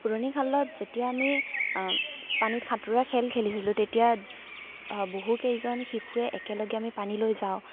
পুৰণিকালত যেতিয়া আমি পানীত সাতোঁৰা খেল খেলিছিলোঁ তেতিয়া বহুকেইজন শিশুৱে একেলগে আমি পানীলৈ যাওঁ